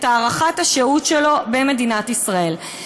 את הארכת השהות שלו במדינת ישראל.